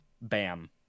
Bam